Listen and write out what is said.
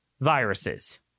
viruses